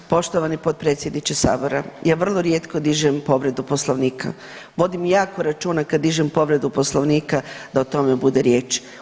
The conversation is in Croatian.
Poštovani potpredsjedniče sabora, ja vrlo rijetko dižem povredu Poslovnika, vodim jako računa kad dižem povredu Poslovnika da o tome bude riječ.